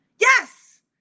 Yes